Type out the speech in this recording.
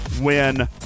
win